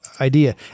idea